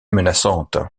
menaçante